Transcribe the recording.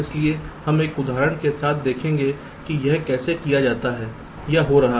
इसलिए हम एक उदाहरण के साथ देखेंगे कि यह कैसे किया जाता है या हो रहा है